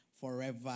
forever